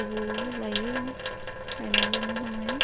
गुबु लायो गायनांगौ मोजाङै